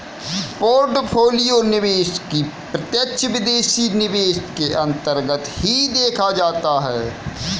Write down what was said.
portfolio निवेश भी प्रत्यक्ष विदेशी निवेश के अन्तर्गत ही देखा जाता है